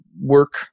work